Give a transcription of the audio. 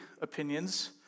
opinions